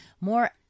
more